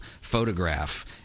photograph